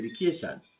education